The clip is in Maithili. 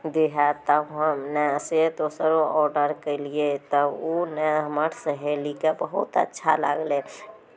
दिहे तब ने हम से दोसरो ऑर्डर केलियै तब ओ ने हमर सहेलीकेँ बहुत अच्छा लागलै